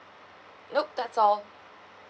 nope that's all